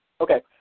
okay